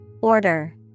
Order